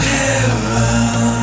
heaven